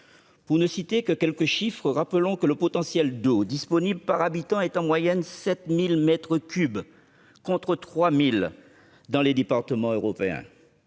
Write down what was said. Pour ne citer que quelques chiffres, rappelons que le potentiel d'eau disponible par habitant y est d'en moyenne 7 000 mètres cubes, contre 3 000 dans les départements européens.